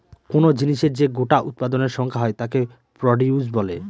কোন জিনিসের যে গোটা উৎপাদনের সংখ্যা হয় তাকে প্রডিউস বলে